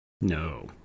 No